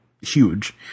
huge